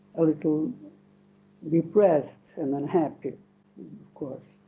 a little depressed and unhappy of course.